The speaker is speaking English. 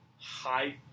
high